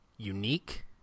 unique